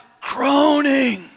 groaning